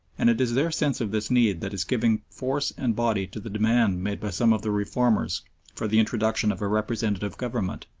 and it is their sense of this need that is giving force and body to the demand made by some of the reformers for the introduction of a representative government,